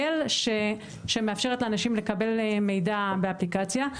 שמאפשרת לאנשים לקבל מידע באפליקציה.